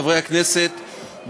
חברי הכנסת,